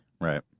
Right